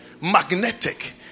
magnetic